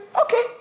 Okay